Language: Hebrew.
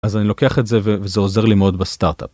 אז אני לוקח את זה וזה עוזר לי מאוד בסטארט-אפ.